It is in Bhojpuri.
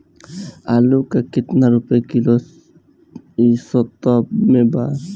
आलू का कितना रुपया किलो इह सपतह में बा?